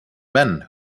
men